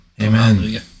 Amen